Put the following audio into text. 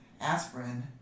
aspirin